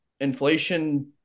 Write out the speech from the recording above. inflation